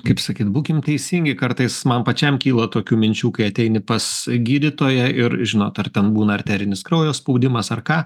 kaip sakyt būkim teisingi kartais man pačiam kyla tokių minčių kai ateini pas gydytoją ir žinot ar ten būna arterinis kraujo spaudimas ar ką